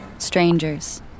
Strangers